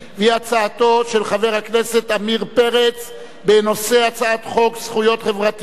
הצעתו של חבר הכנסת עמיר פרץ בנושא הצעת חוק-יסוד: זכויות חברתיות.